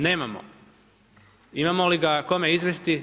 Nemamo, imamo li ga kome izvesti?